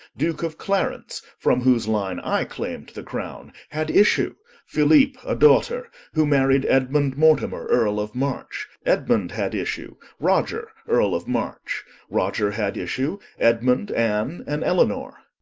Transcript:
duke of clarence, from whose line i clayme the crowne, had issue phillip, a daughter, who marryed edmond mortimer, earle of march edmond had issue, roger, earle of march roger had issue, edmond, anne, and elianor